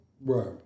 Right